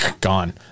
gone